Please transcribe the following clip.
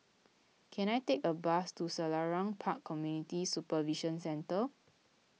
can I take a bus to Selarang Park Community Supervision Centre